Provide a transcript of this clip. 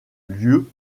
lieu